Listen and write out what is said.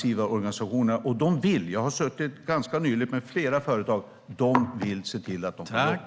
Jag har ganska nyligen suttit tillsammans med representanter för flera företag som vill se till att de får folk.